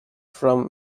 from